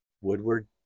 woodward